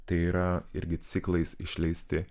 tai yra irgi ciklais išleisti